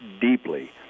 deeply